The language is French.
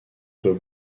doit